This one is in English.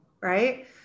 Right